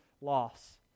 loss